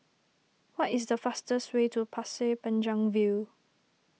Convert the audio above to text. what is the fastest way to Pasir Panjang View